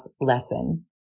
lesson